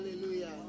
Hallelujah